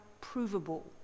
provable